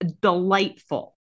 delightful